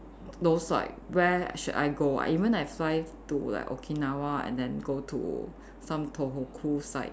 those like where should I go I even I fly to like Okinawa and then go to some Tohoku side